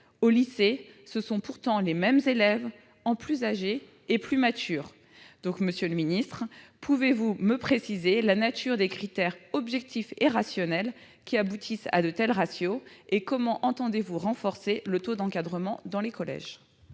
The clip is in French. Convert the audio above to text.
Au lycée, ce sont pourtant les mêmes élèves, plus âgés et plus matures ... Monsieur le secrétaire d'État, pouvez-vous me préciser la nature des « critères objectifs et rationnels » qui aboutissent à de tels ratios ? Comment entendez-vous renforcer le taux d'encadrement dans les collèges ?